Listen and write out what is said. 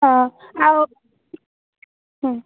ହଁ ଆଉ ହୁଁ